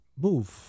move